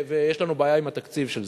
ויש לנו בעיה עם התקציב של זה.